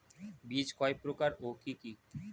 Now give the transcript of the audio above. বীজ কয় প্রকার ও কি কি?